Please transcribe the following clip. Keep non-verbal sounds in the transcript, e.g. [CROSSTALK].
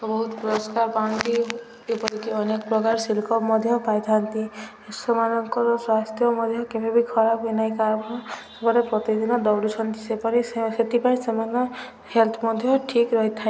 ବହୁତ ପୁରସ୍କାର ପାଆନ୍ତି କିପରିକି ଅନେକ ପ୍ରକାର [UNINTELLIGIBLE] ମଧ୍ୟ ପାଇଥାନ୍ତି ସେମାନଙ୍କର ସ୍ୱାସ୍ଥ୍ୟ ମଧ୍ୟ କେବେବି ଖରାପ ହୁଏନାହିଁ କାରଣ ସେମାନେ ପ୍ରତିଦିନ ଦୌଡ଼ୁଛନ୍ତି ସେପରି ସେଥିପାଇଁ ସେମାନେ ହେଲ୍ଥ୍ ମଧ୍ୟ ଠିକ ରହିଥାଏ